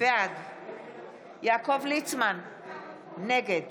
בעד יעקב ליצמן, נגד